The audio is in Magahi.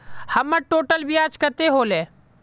हमर टोटल ब्याज कते होले?